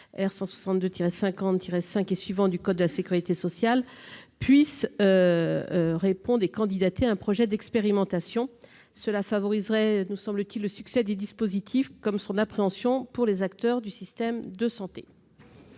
162-50-5 et suivants du code de la sécurité sociale puissent répondre et candidater à un projet d'expérimentation. Cela favoriserait le succès du dispositif comme son appréhension par les acteurs du système de santé.